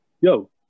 yo